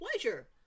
pleasure